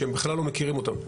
שהם בכלל לא מכירים אותם.